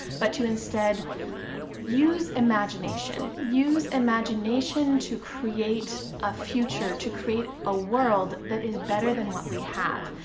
but to instead use imagination use imagination to create a future, to create a world that is better than what we have.